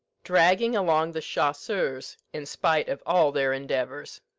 dragging along the chasseurs in spite of all their endeavours.